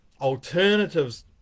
alternatives